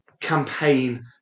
campaign